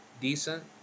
decent